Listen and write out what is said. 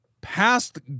past